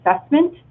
assessment